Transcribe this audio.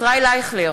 ישראל אייכלר,